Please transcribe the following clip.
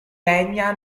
legna